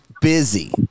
busy